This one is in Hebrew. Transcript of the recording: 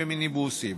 במיניבוסים,